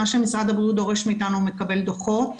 מה שמשרד הבריאות דורש מאיתנו - הוא מקבל דוחות.